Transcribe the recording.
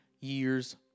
years